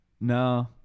No